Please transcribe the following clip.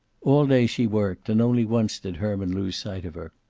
all day she worked, and only once did herman lose sight of her.